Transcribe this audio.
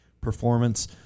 performance